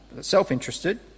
self-interested